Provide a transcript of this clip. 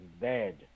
dead